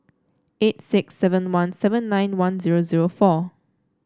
eight six seven one seven nine one zero zero four